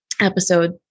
episode